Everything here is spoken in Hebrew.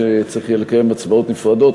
צריך יהיה לקיים הצבעות נפרדות,